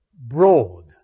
broad